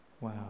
Wow